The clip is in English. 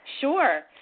Sure